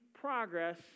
progress